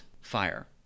fire